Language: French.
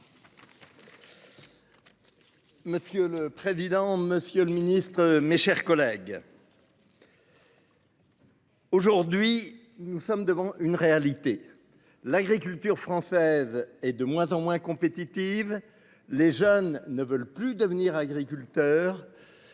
Monsieur le président, Monsieur le Ministre, mes chers collègues. Aujourd'hui, nous sommes devant une réalité. L'agriculture française et de moins en moins compétitives. Les jeunes ne veulent plus devenir agriculteur.